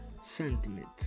sentiment